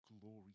glory